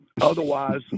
Otherwise